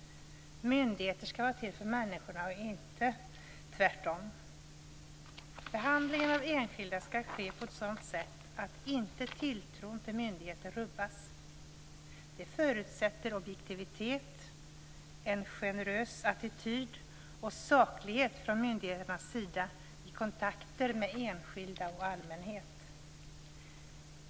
Myndigheter skall vara till för människorna och inte tvärtom. Behandlingen av enskilda skall ske på ett sådant sätt att tilltron till myndigheter inte rubbas. Det förutsätter objektivitet, en generös attityd och saklighet från myndigheternas sida i kontakter med enskilda och allmänhet.